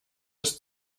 bis